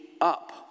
up